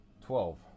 Twelve